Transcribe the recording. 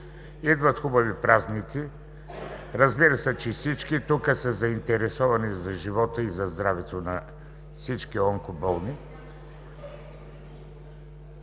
Идват хубави празници. Разбира се, че всички тук са заинтересовани за живота и здравето на всички онкоболни.